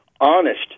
honest